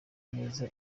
neza